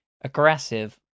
aggressive